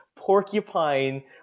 Porcupine